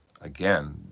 again